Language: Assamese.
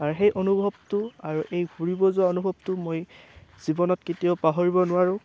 আৰু সেই অনুভৱটো আৰু এই ফুৰিব যোৱা অনুভৱটো মই জীৱনত কেতিয়াও পাহৰিব নোৱাৰোঁ